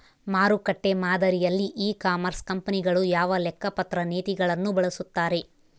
ಮಾರುಕಟ್ಟೆ ಮಾದರಿಯಲ್ಲಿ e commerce ಕಂಪನಿಗಳು ಯಾವ ಲೆಕ್ಕಪತ್ರ ನೇತಿಗಳನ್ನು ಬಳಸುತ್ತಾರೆ?